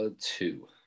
two